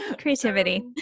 Creativity